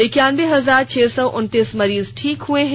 इक्यानवें हजार छह सौ उनतीस मरीज ठीक हुए हैं